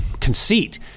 conceit